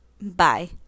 bye